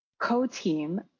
co-team